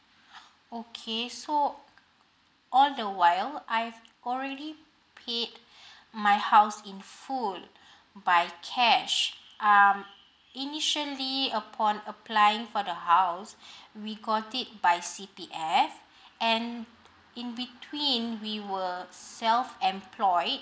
okay so all the while I've already paid my house in full by cash um initially upon applying for the house we got it by C_P_F and in between we were self employed